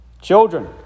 Children